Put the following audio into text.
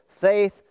faith